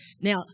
now